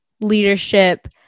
leadership